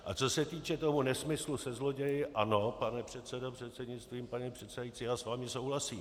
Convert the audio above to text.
A co se týče toho nesmyslu se zloději ano, pane předsedo prostřednictvím paní předsedající, já s vámi souhlasím.